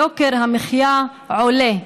יוקר המחיה עולה,